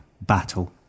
battle